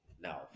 No